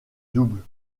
double